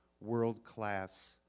world-class